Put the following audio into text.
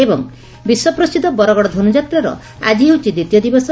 ଏବଂ ବିଶ୍ୱପ୍ରସିଦ୍ଧ ବରଗଡ଼ ଧନୁଯାତ୍ରାର ଆଜି ହେଉଛି ଦ୍ୱିତୀୟ ଦିବସ